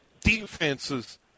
defenses